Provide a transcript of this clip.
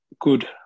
good